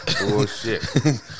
Bullshit